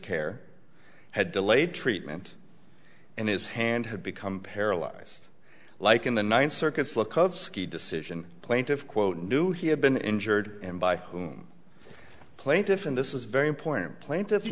care had delayed treatment and his hand had become paralyzed like in the ninth circuit's look of ski decision plaintiff quote knew he had been injured and by plaintiff and this is very important plaintiff